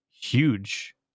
huge